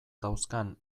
dauzkan